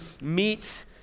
meet